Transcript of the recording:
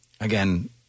Again